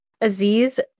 Aziz